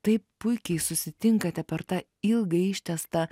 taip puikiai susitinkate per tą ilgą ištęstą